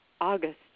August